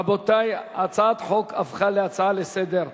רבותי, הצעת החוק הפכה להצעה לסדר.